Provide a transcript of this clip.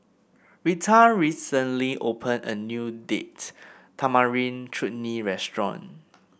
Reta recently opened a new Date Tamarind Chutney Restaurant